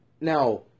now